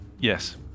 Yes